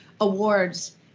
awards